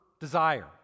desire